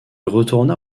retourna